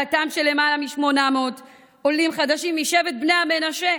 העלאתם של למעלה מ-800 עולים חדשים משבט בני המנשה,